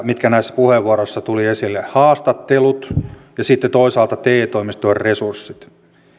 mitkä näissä puheenvuoroissa tulivat esille haastattelut ja sitten toisaalta te toimistojen resurssit